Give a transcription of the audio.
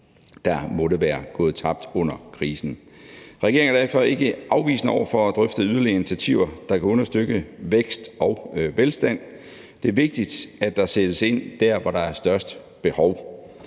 der måtte være gået tabt under krisen. Regeringen er derfor ikke afvisende over for at drøfte yderligere initiativer, der kan understøtte vækst og velstand. Det er vigtigt, at der sættes ind der, hvor der er størst behov,